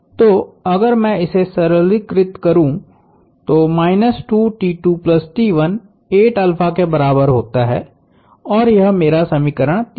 तो अगर मैं इसे सरलीकृत करू तो 2T2T1 8 के बराबर होता है और यह मेरा समीकरण 3 है